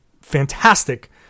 fantastic